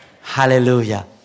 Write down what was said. Hallelujah